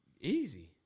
Easy